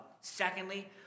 secondly